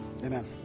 Amen